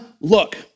look